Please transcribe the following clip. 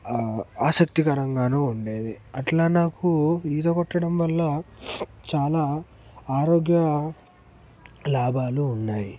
ఆసక్తికరంగానూ ఉండేది అట్లా నాకు ఈత కొట్టడం వల్ల చాలా ఆరోగ్య లాభాలు ఉన్నాయి